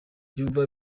yumva